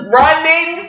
running